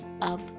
up